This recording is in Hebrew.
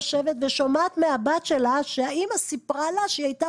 יושבת ושומעת מהבת שלה שהאימא סיפרה לה שהיא הייתה